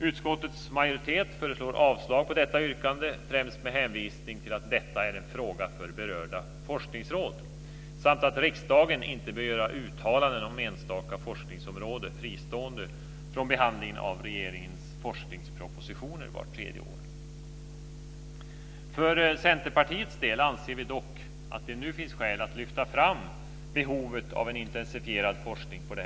Utskottets majoritet föreslår avslag på detta yrkande, främst med hänvisning till att detta är en fråga för berörda forskningsråd samt att riksdagen inte bör göra uttalanden om enstaka forskningsområden fristående från behandlingen av regeringens forskningspropositioner vart tredje år. För Centerpartiets del anser vi dock att det nu finns skäl att lyfta fram behovet av en intensifierad forskning på området.